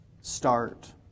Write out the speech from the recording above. start